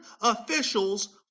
officials